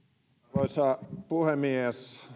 arvoisa puhemies